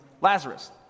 Lazarus